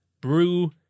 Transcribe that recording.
brew